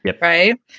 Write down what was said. Right